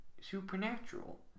supernatural